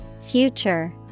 Future